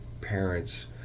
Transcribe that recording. parents